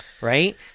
right